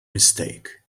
mistake